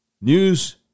news